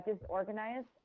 disorganized